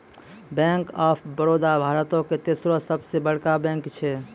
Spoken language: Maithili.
बैंक आफ बड़ौदा भारतो के तेसरो सभ से बड़का बैंक छै